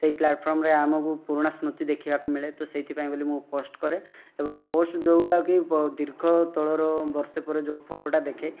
ସେଇ ପ୍ଲାଟଫର୍ମରେ ଆମକୁ ପୁରୁଣା ସ୍ମୁତି ଦେଖିବାକୁ ମିଳେ ତ ସେଇଥିପାଇଁ ବୋଲି ମୁଁ ପୋଷ୍ଟ କରେ ଏବଂ ପୋଷ୍ଟ ଯେଉଁଟା କି ଦୀର୍ଘ ତଳର ବର୍ଷେ ପରେ ଯେଉଁ ଫଟୋଟା ଦେଖେ